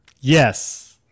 Yes